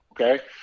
Okay